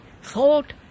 thought